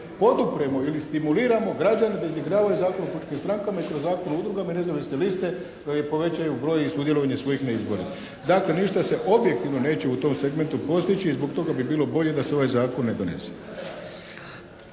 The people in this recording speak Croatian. podupremo ili stimuliramo građane da izigravaju Zakon o političkim strankama i kroz Zakon o udrugama i nezavisne liste povećaju broj i sudjelovanje svojih na izbore. Dakle ništa se objektivno neće u tom segmentu postići. I zbog toga bi bilo bolje da se ovaj zakon ne donese.